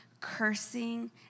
cursing